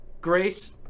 Grace